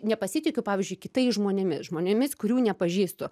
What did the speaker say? nepasitikiu pavyzdžiui kitais žmonėmis žmonėmis kurių nepažįstu